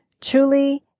Truly